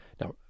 Now